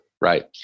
Right